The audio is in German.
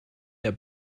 der